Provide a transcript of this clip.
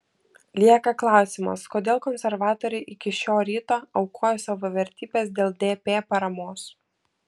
lieka klausimas kodėl konservatoriai iki šio ryto aukojo savo vertybes dėl dp paramos